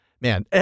Man